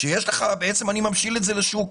בעצם אני ממשיל את זה לשוק.